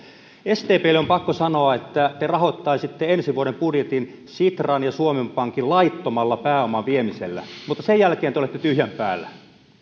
sdplle on pakko sanoa että te rahoittaisitte ensi vuoden budjetin sitran ja suomen pankin pääoman laittomalla viemisellä mutta sen jälkeen te olette tyhjän päällä